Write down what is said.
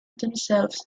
themselves